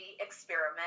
experiment